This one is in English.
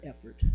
effort